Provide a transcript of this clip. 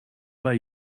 pas